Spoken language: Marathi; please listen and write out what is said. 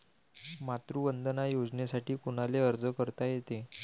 मातृवंदना योजनेसाठी कोनाले अर्ज करता येते?